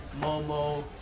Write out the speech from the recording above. Momo